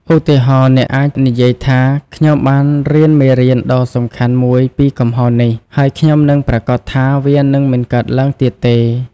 ឧទាហរណ៍ អ្នកអាចនិយាយថា ខ្ញុំបានរៀនមេរៀនដ៏សំខាន់មួយពីកំហុសនេះ ហើយខ្ញុំនឹងប្រាកដថាវានឹងមិនកើតឡើងទៀតទេ។